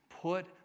Put